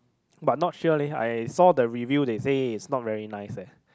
but not sure leh I saw the reviews they say is not very nice leh